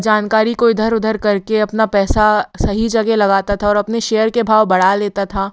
जानकारी को इधर उधर कर के अपना पैसा सही जगह लगाता था और अपने शेयर के भाव बढ़ा लेता था